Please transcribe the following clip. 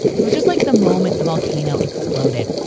it was just like the moment the volcano exploded.